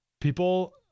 people